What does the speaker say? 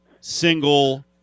single